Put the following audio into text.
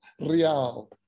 Real